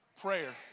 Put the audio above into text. Prayer